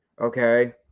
Okay